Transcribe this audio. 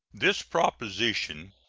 this proposition,